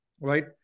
right